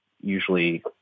usually